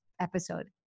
episode